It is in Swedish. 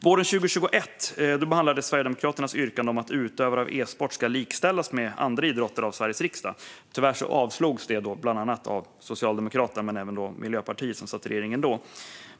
Våren 2021 behandlade riksdagen Sverigedemokraternas yrkande om att utövare av e-sport ska likställas med andra idrottare. Tyvärr avslogs det av bland andra Socialdemokraterna och Miljöpartiet, som satt i regeringen då.